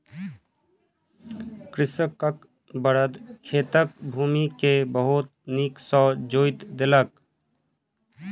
कृषकक बड़द खेतक भूमि के बहुत नीक सॅ जोईत देलक